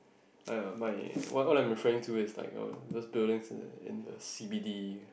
!aiya! my what what I'm referring is to like those building in the in the c_b_d